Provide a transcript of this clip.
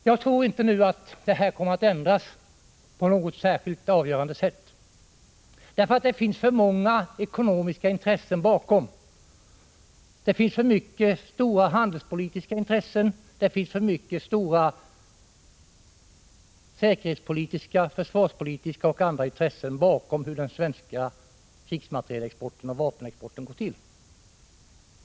Jag tror nu inte att Sveriges vapenexport kommer att förändras på ett avgörande sätt. Det finns nämligen för många ekonomiska intressen bakom den, och det finns för stora handelspolitiska intressen, för många och stora säkerhetspolitiska intressen samt försvarspolitiska och andra intressen bakom den svenska krigsmaterielexporten och vapenexporten.